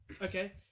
Okay